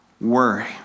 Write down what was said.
worry